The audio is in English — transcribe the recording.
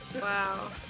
wow